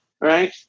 right